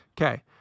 Okay